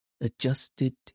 adjusted